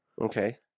Okay